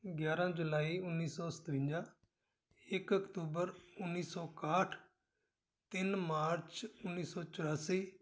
ਗਿਆਰ੍ਹਾਂ ਜੁਲਾਈ ਉੱਨੀ ਸੌ ਸਤਵੰਜਾ ਇੱਕ ਅਕਤੂਬਰ ਉੱਨੀ ਸੌ ਇਕਾਹਠ ਤਿੰਨ ਮਾਰਚ ਉੱਨੀ ਸੌ ਚੁਰਾਸੀ